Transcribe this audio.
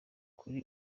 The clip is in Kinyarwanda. kuri